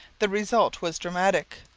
the result was dramatic.